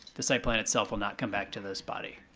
the site plan itself will not come back to this body.